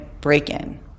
break-in